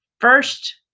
first